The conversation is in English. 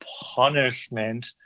punishment